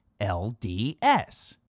LDS